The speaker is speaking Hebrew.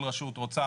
כל רשות רוצה